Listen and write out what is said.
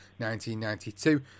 1992